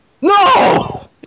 no